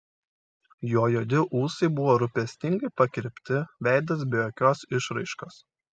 jo juodi ūsai buvo rūpestingai pakirpti veidas be jokios išraiškos